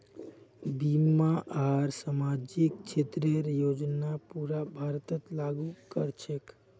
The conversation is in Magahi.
बीमा आर सामाजिक क्षेतरेर योजना पूरा भारतत लागू क र छेक